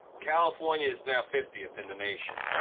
california is now fiftieth in the nation